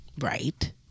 right